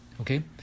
okay